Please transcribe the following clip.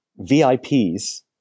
VIPs